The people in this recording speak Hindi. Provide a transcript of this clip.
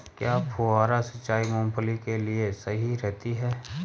क्या फुहारा सिंचाई मूंगफली के लिए सही रहती है?